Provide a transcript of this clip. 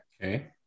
Okay